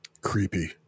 Creepy